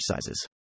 sizes